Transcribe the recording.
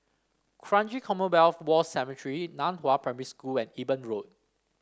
Kranji Commonwealth War Cemetery Nan Hua Primary School and Eben Road